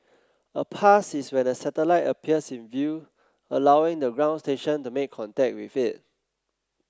a pass is when the satellite appears in view allowing the ground station to make contact with it